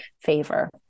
favor